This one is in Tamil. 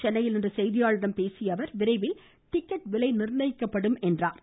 சென்னையில் இன்று செய்தியாளர்களிடம் பேசிய அவர் விரைவில் டிக்கெட் விலை நிர்ணயிக்கப்படும் என்றார்